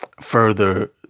further